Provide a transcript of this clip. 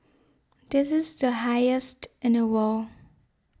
this is the highest in the world